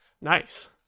Nice